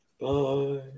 Bye